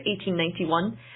1891